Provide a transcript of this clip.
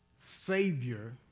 Savior